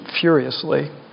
furiously